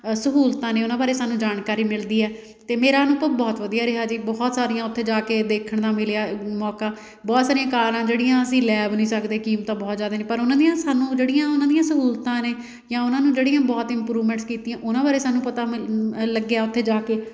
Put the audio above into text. ਸਹੂਲਤਾਂ ਨੇ ਉਹਨਾਂ ਬਾਰੇ ਸਾਨੂੰ ਜਾਣਕਾਰੀ ਮਿਲਦੀ ਹੈ ਅਤੇ ਮੇਰਾ ਅਨੁਭਵ ਬਹੁਤ ਵਧੀਆ ਰਿਹਾ ਜੀ ਬਹੁਤ ਸਾਰੀਆਂ ਉੱਥੇ ਜਾ ਕੇ ਦੇਖਣ ਦਾ ਮਿਲਿਆ ਮੌਕਾ ਬਹੁਤ ਸਾਰੀਆਂ ਕਾਰਾਂ ਜਿਹੜੀਆਂ ਅਸੀਂ ਲੈ ਵੀ ਨਹੀਂ ਸਕਦੇ ਕੀਮਤਾਂ ਬਹੁਤ ਜਿਆਦੇ ਨੇ ਪਰ ਉਹਨਾਂ ਦੀਆਂ ਸਾਨੂੰ ਜਿਹੜੀਆਂ ਉਹਨਾਂ ਦੀਆਂ ਸਹੂਲਤਾਂ ਨੇ ਜਾਂ ਉਹਨਾਂ ਨੂੰ ਜਿਹੜੀਆਂ ਬਹੁਤ ਇਮਪਰੂਵਮੈਂਟਸ ਕੀਤੀਆਂ ਉਹਨਾਂ ਬਾਰੇ ਸਾਨੂੰ ਪਤਾ ਲੱਗਿਆ ਉੱਥੇ ਜਾ ਕੇ